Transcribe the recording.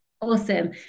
Awesome